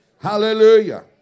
Hallelujah